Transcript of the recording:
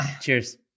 Cheers